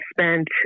spent